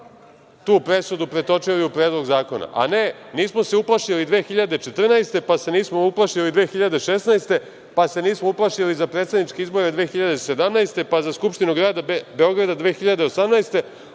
tu presudu pretočili u predlog zakona, a ne, nismo se uplašili 2014. godine, pa se nismo uplašili 2016. godine, pa se nismo uplašili za predsedniče izbore 2017. godine, pa za Skupštinu grada Beograda 2018.